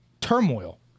Turmoil